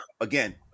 again